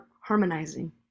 harmonizing